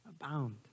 abound